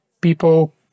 People